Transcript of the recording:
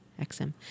XM